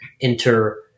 enter